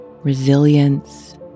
resilience